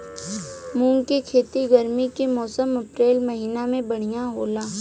मुंग के खेती गर्मी के मौसम अप्रैल महीना में बढ़ियां होला?